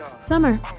Summer